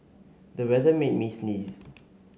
the weather made me sneeze